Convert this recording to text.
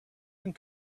and